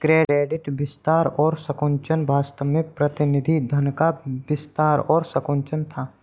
credit विस्तार और संकुचन वास्तव में प्रतिनिधि धन का विस्तार और संकुचन था